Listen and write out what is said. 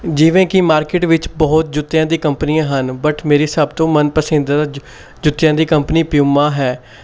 ਜਿਵੇਂ ਕਿ ਮਾਰਕਿਟ ਵਿੱਚ ਬਹੁਤ ਜੁੱਤਿਆਂ ਦੀ ਕੰਪਨੀਆਂ ਹਨ ਬਟ ਮੇਰੀ ਸਭ ਤੋਂ ਮਨਪਸੰਦ ਜੁ ਜੁੱਤੀਆਂ ਦੀ ਕੰਪਨੀ ਪਿਉਮਾ ਹੈ